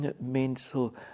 mental